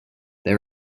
they